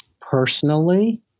personally